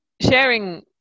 sharing